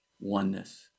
oneness